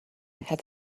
has